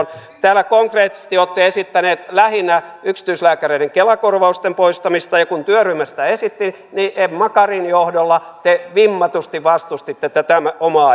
täällä konkreettisesti olette esittäneet lähinnä yksityislääkäreiden kela korvausten poistamista ja kun työryhmä sitä esitti niin emma karin johdolla te vimmatusti vastustitte tätä omaa ehdotustanne